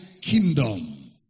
kingdom